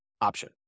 option